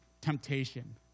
temptation